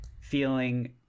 feeling